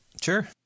Sure